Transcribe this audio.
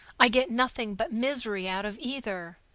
i get nothing but misery out of either.